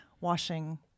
washing